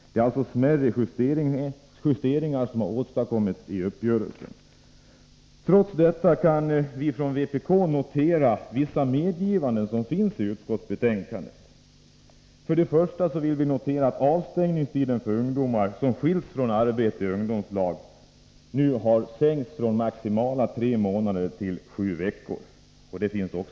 Det är alltså endast smärre justeringar som åstadkommits i uppgörelsen. Trots det kan vi från vpk notera vissa medgivanden i utskottsbetänkandet. För det första har avstängningstiden för ungdomar som skiljs från arbete i ungdomslag sänkts från maximala tre månader till sju veckor; detta står i lagtexten.